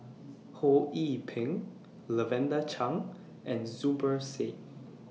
Ho Yee Ping Lavender Chang and Zubir Said